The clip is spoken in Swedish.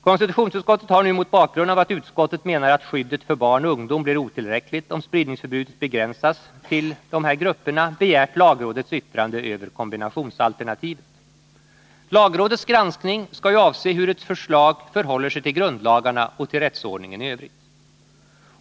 Konstitutionsutskottet har nu mot bakgrund av att utskottet menar att skyddet för barn och ungdom blir otillräckligt, om spridningsförbudet begränsas till dessa grupper, begärt lagrådets yttrande över kombinationsalternativet. Lagrådets granskning skall ju avse hur ett förslag förhåller sig till grundlagarna och till rättsordningen i övrigt.